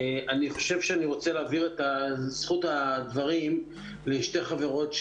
אני רוצה להעביר את זכות הדברים לשתי חברות: